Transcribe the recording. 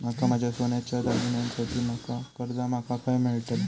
माका माझ्या सोन्याच्या दागिन्यांसाठी माका कर्जा माका खय मेळतल?